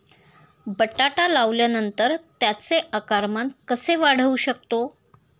बटाटा लावल्यानंतर त्याचे आकारमान कसे वाढवू शकतो?